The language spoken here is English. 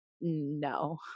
no